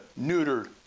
neutered